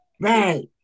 Right